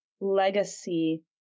legacy